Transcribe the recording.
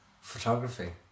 photography